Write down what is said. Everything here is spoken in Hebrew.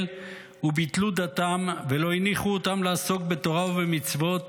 וביטלו דתם ולא הניחו אותם לעסוק בתורה ובמצוות